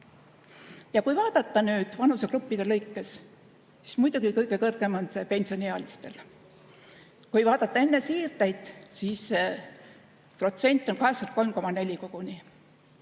Kui vaadata nüüd vanusegruppide lõikes, siis muidugi kõige kõrgem on see pensioniealistel. Kui vaadata enne siirdeid, siis see protsent on 83,4 koguni.